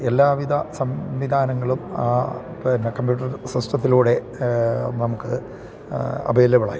എല്ലാവിധ സംവിധാനങ്ങളും പിന്നെ കമ്പ്യൂട്ടർ സിസ്റ്റത്തിലൂടെ നമുക്ക് അവൈലബിളായി